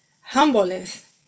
humbleness